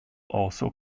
also